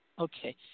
Okay